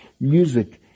music